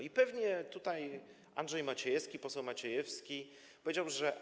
I pewnie tutaj Andrzej Maciejewski, poseł Maciejewski powiedział, że.